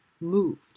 moved